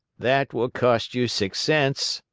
that will cost you six cents,